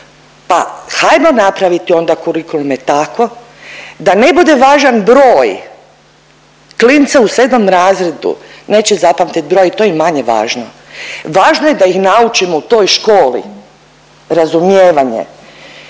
pa hajmo napraviti onda kurikulume tako da ne bude važan broj, klinca u 7. razredu neće zapamtit broj, to je i manje važno. Važno je da ih naučimo u toj školi razumijevanje,